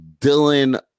Dylan